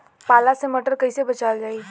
पाला से मटर कईसे बचावल जाई?